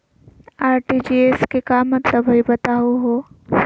RTGS के का मतलब हई, बताहु हो?